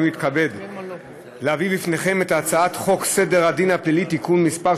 אני מתכבד להביא בפניכם את הצעת חוק סדר הדין הפלילי (תיקון מס'